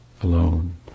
alone